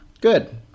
Good